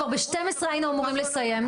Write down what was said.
כבר ב-12 היינו אמורים לסיים.